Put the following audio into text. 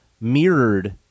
mirrored